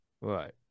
Right